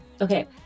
Okay